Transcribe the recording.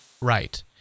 Right